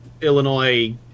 Illinois